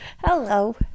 hello